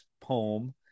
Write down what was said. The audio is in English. poem